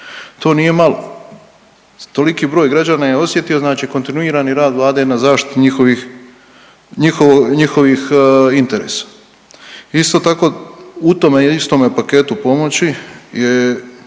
To nije malo, toliki broj građana je osjetio znači kontinuirani rad Vlada na zaštiti njihovih, njihovih interesa. Isto tako u tome je istome paketu pomoći je